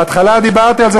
בהתחלה דיברתי על זה,